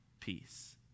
peace